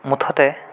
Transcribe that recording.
মুঠতে